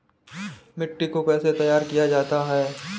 मिट्टी को कैसे तैयार किया जाता है?